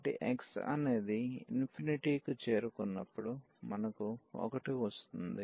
కాబట్టి x అనేది కి చేరుకున్నప్పుడు మనకు 1 వస్తుంది